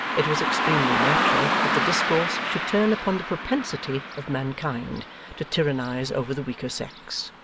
it was extremely natural that the discourse should turn upon the propensity of mankind to tyrannize over the weaker sex,